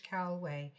Calway